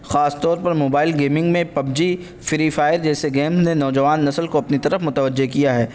خاص طور پر موبائل گیمنگ میں پب جی فری فائر جیسے گیم نے نوجوان نسل کو اپنی طرف متوجہ کیا ہے